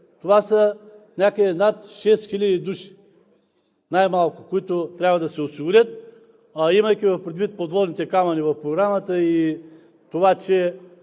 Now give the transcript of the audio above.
Това са някъде над 6 хиляди души, най-малко, които трябва да се осигурят, а имайки предвид подводните камъни в Програмата и това, че